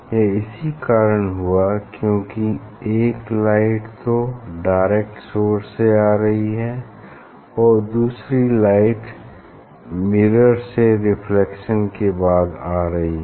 यह इसी कारण हुआ क्यूंकि एक लाइट तो डायरेक्ट सोर्स से आ रही है और दूसरी लाइट मिरर से रिफ्लेक्शन के बाद आ रही है